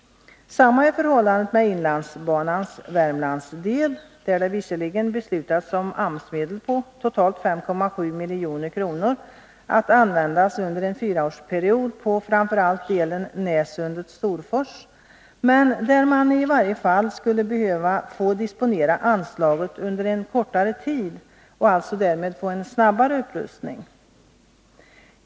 Samma förhållande gäller Inlandsbanans Värmlandsdel. I detta avseende har man visserligen beslutat om AMS-medel på totalt 5,7 milj.kr., att användas under en fyraårsperiod på framför allt delen Nässundet-Storfors. Men man skulle behöva disponera anslaget under en kortare tid och därmed få en snabbare upprustning.